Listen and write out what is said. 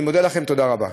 אני מודה לכם, תודה רבה.